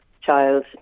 child